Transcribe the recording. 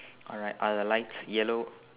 alright are the lights yellow